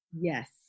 Yes